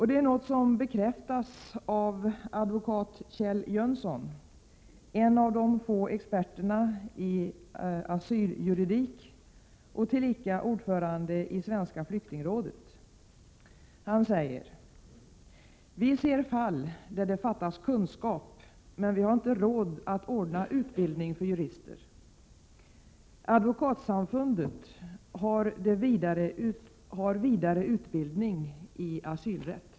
Det är något som bekräftas av advokat Kjell Jönsson, en av de få experterna i asyljuridik och tillika ordförande i Svenska flyktingrådet. Han säger: Vi ser fall där det fattas kunskap, men vi har inte råd att ordna utbildning för jurister. Advokatsamfundet har vidare utbildning i asylrätt.